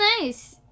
nice